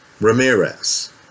Ramirez